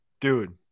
dude